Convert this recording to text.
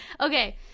Okay